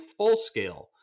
FullScale